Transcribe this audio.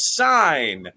sign